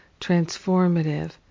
transformative